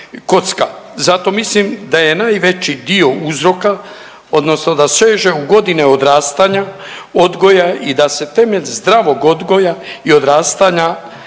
kocka. Zato mislim da je najveći dio uzroka odnosno da seže u godine odrastanja, odgoja i da se temelj zdravog odgoja i odrastanja